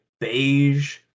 beige